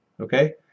Okay